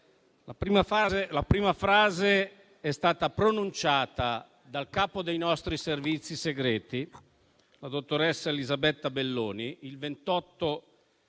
La prima frase è stata pronunciata dal capo dei nostri servizi segreti, la dottoressa Elisabetta Belloni, il 28